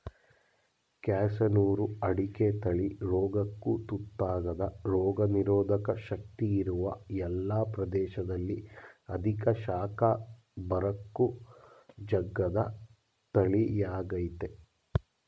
ಕ್ಯಾಸನೂರು ಅಡಿಕೆ ತಳಿ ರೋಗಕ್ಕು ತುತ್ತಾಗದ ರೋಗನಿರೋಧಕ ಶಕ್ತಿ ಇರುವ ಎಲ್ಲ ಪ್ರದೇಶದಲ್ಲಿ ಅಧಿಕ ಶಾಖ ಬರಕ್ಕೂ ಜಗ್ಗದ ತಳಿಯಾಗಯ್ತೆ